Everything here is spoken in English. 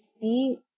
see